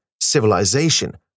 civilization